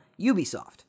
Ubisoft